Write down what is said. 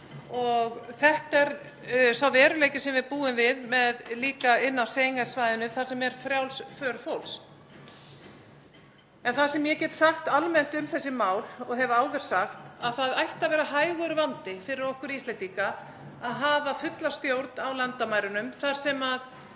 Þetta er sá veruleiki sem við búum við líka inni á Schengen-svæðinu þar sem er frjáls för fólks. Það sem ég get sagt almennt um þessi mál og hef áður sagt er að það ætti að vera hægur vandi fyrir okkur Íslendinga að hafa fulla stjórn á landamærunum þar sem ég